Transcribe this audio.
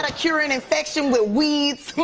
ah cure an infection with weeds? what!